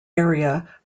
area